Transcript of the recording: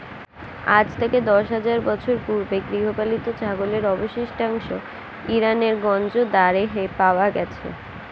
আজ থেকে দশ হাজার বছর পূর্বে গৃহপালিত ছাগলের অবশিষ্টাংশ ইরানের গঞ্জ দারেহে পাওয়া গেছে